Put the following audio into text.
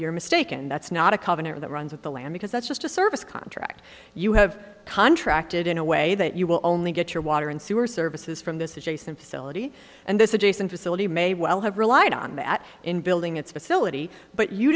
you're mistaken that's not a covenant that runs of the land because that's just a service contract you have contracted in a way that you will only get your water and sewer services from this adjacent facility and this adjacent facility may well have relied on that in building its facility but you